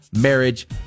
marriage